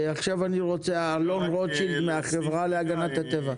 עכשיו אני רוצה לשמוע את אלון רוטשילד מן החברה להגנת הטבע.